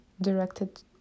directed